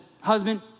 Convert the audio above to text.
husband